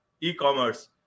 e-commerce